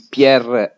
Pierre